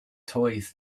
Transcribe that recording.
toys